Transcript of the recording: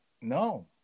no